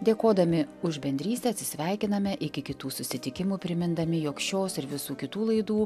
dėkodami už bendrystę atsisveikiname iki kitų susitikimų primindami jog šios ir visų kitų laidų